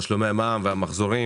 תשלומי המע"מ והמחזורים,